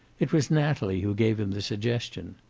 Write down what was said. it was natalie who gave him the suggestion.